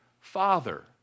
Father